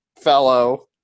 fellow